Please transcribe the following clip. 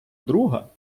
друга